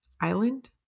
Island